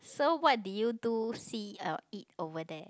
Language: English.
so what did you do see or eat over there